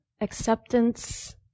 acceptance